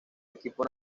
equipo